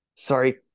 Sorry